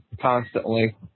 constantly